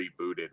rebooted